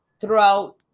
throughout